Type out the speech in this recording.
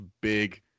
big